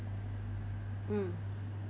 mm